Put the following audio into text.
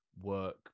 work